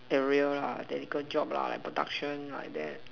area lah technical job lah like production like that